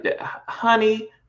honey